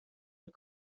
فکر